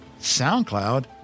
SoundCloud